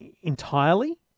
entirely